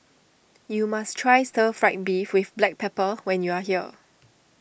you must try Stir Fried Beef with Black Pepper when you are here